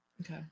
Okay